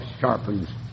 sharpens